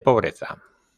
pobreza